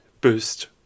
boost